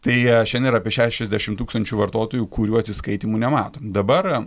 tai šiadien yra apie šešiasdešimt tūkstančių vartotojų kurių atsiskaitymų nematom dabar